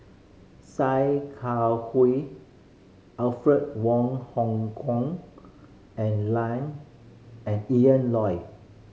Sia Kah Hui Alfred Wong Hong Kwok and and Ian Loy